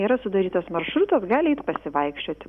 yra sudarytas maršrutas gali eit pasivaikščioti